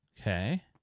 Okay